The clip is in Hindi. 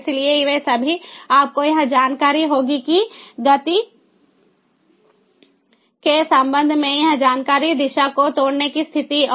इसलिए वे सभी आपको यह जानकारी होगी कि गति के संबंध में यह जानकारी दिशा को तोड़ने की स्थिति और